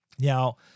Now